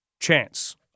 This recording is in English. chance